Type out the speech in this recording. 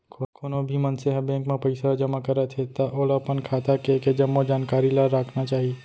कोनो भी मनसे ह बेंक म पइसा जमा करत हे त ओला अपन खाता के के जम्मो जानकारी ल राखना चाही